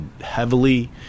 heavily